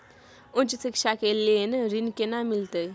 उच्च शिक्षा के लेल ऋण केना मिलते?